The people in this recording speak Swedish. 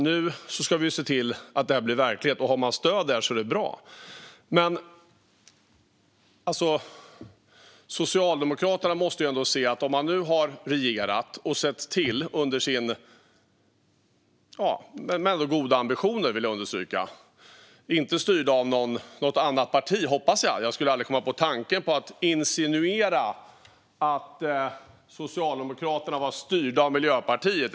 Nu ska vi se till att det här blir verklighet, och det är bra om det finns stöd. Socialdemokraterna måste ändå förstå detta att regera med goda ambitioner, att inte vara styrd av något annat parti - hoppas jag. Jag skulle aldrig komma på tanken att insinuera att Socialdemokraterna var styrda av Miljöpartiet.